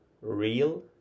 real